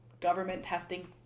government-testing